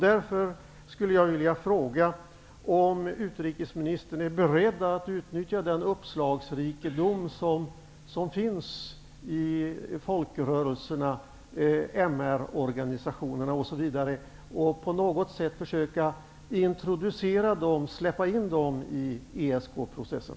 Därför skulle jag vilja fråga: Är utrikesministern beredd att utnyttja den uppslagsrikedom som finns i folkrörelserna och MR-organisationerna och på något sätt försöka släppa in dem i ESK-processen?